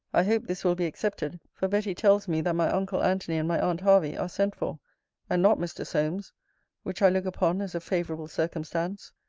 i hope this will be accepted for betty tells me, that my uncle antony and my aunt hervey are sent for and not mr. solmes which i look upon as a favourable circumstance.